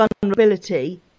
vulnerability